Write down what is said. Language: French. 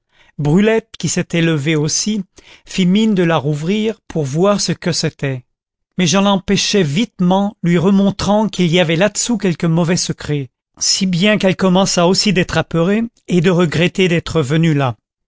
brulette qui s'était levée aussi fit mine de la rouvrir pour voir ce que c'était mais je l'en empêchai vitement lui remontrant qu'il y avait là-dessous quelque mauvais secret si bien qu'elle commença aussi d'être épeurée et de regretter d'être venue là